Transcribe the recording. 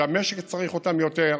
שהמשק צריך אותם יותר,